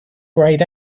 grayed